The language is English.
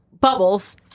bubbles